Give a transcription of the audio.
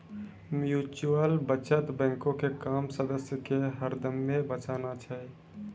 mutual बचत बैंको के काम सदस्य के हरदमे बचाना छै